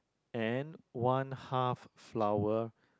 and one half flower